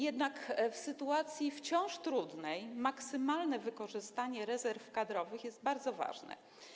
Jednak w sytuacji wciąż trudnej maksymalne wykorzystanie rezerw kadrowych jest bardzo ważne.